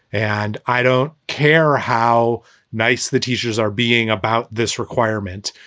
and i don't care how nice the teachers are being about this requirement,